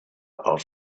are